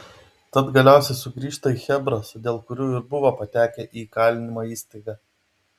tad galiausiai sugrįžta į chebras dėl kurių ir buvo patekę į įkalinimo įstaigą